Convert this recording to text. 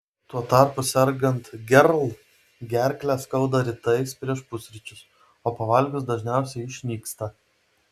tuo tarpu sergant gerl gerklę skauda rytais prieš pusryčius o pavalgius dažniausiai išnyksta